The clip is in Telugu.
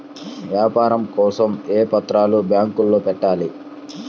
వ్యాపారం కోసం ఏ పత్రాలు బ్యాంక్లో పెట్టాలి?